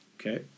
okay